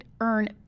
earn